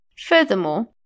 Furthermore